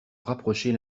rapprocher